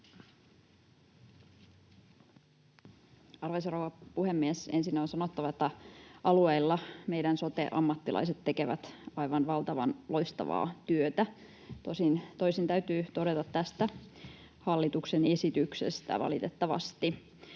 rouva puhemies! Ensinnä on sanottava, että alueilla meidän sote-ammattilaiset tekevät aivan valtavan loistavaa työtä — tosin toisin täytyy todeta tästä hallituksen esityksestä, valitettavasti.